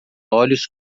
olhos